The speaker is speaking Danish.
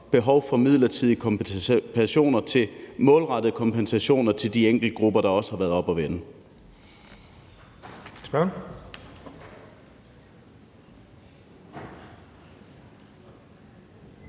behov for midlertidige kompensationer målrettet de enkelte grupper, der også har været oppe at vende.